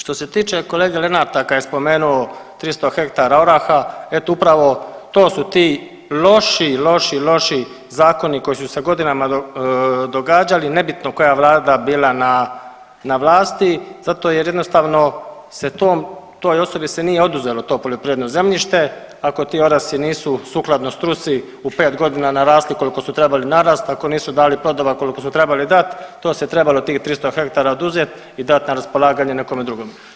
Što se tiče kolege Lenarta kad je spomenuo 300 hektara oraha, eto upravo to su ti loši, loši, loši zakoni koji su se godinama događali nebitno koja vlada bila na, na vlasti zato jer jednostavno se tom, toj osobi se nije oduzelo to poljoprivredno zemljište ako ti orasi nisu sukladno struci u 5.g. narasli koliko su trebali narast, ako nisu dali plodova koliko su trebali dat, to se trebalo tih 300 hektara oduzet i dat na raspolaganje nekome drugome.